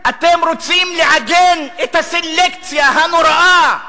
אתם רוצים לעגן את הסלקציה הנוראה,